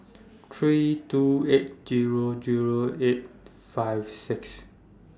three two eight Zero Zero eight five six